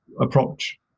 approach